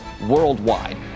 worldwide